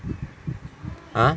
ha